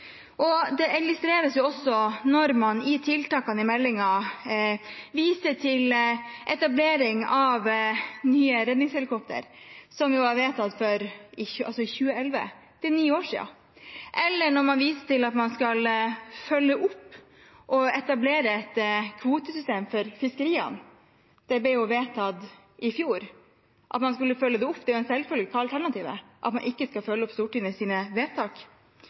Det illustreres også når man i tiltakene i meldingen viser til etablering av nye redningshelikopter, som ble vedtatt i 2011. Det er ni år siden. Eller når man viser til at man skal følge opp og etablere et kvotesystem for fiskeriene. Det ble vedtatt i fjor. At man skal følge det opp, er en selvfølge; alternativet er at man ikke skal følge opp Stortingets vedtak.